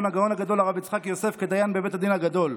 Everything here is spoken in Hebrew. הגאון הגדול הרב יצחק יוסף כדיין בבית הדין הגדול,